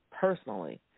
personally